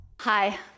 Hi